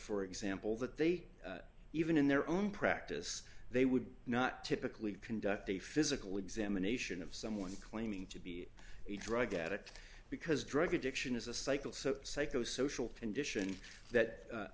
for example that they even in their own practice they would not typically conduct a physical examination of someone claiming to be a drug addict because drug addiction is a cycle so psychosocial condition that